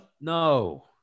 No